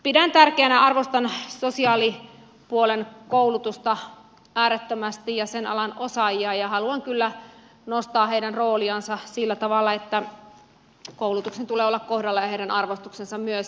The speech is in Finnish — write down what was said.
pidän tärkeänä ja arvostan äärettömästi sosiaalipuolen koulutusta ja sen alan osaajia ja haluan kyllä nostaa heidän rooliansa sillä tavalla että koulutuksen tulee olla kohdallaan ja heidän arvostuksensa myös